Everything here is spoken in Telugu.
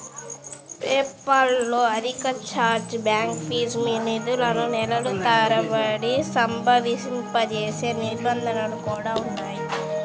పేపాల్ లో అధిక ఛార్జ్ బ్యాక్ ఫీజు, మీ నిధులను నెలల తరబడి స్తంభింపజేసే నిబంధనలు కూడా ఉన్నాయి